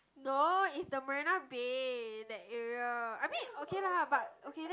no it's the Marina-Bay that area I mean okay lah but okay then